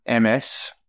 MS